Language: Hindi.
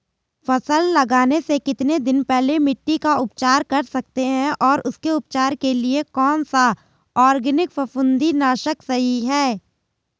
फसल लगाने से कितने दिन पहले मिट्टी का उपचार कर सकते हैं और उसके उपचार के लिए कौन सा ऑर्गैनिक फफूंदी नाशक सही है?